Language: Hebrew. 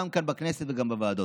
גם כאן בכנסת וגם בוועדות.